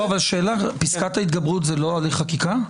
פסקת ההתגברות זה לא הליך חקיקה?